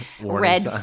red